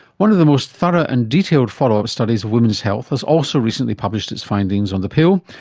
one of the most thorough and detailed follow-up studies of women's health has also recently published its findings on the pill,